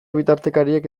bitartekariek